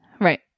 Right